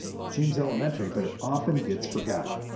it seems elementary, but it often gets forgotten.